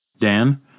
Dan